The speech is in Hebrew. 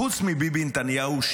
חוץ מביבי נתניהו,